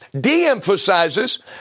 de-emphasizes